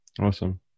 Awesome